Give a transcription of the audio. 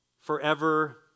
forever